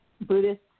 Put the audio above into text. Buddhist